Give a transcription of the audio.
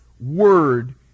word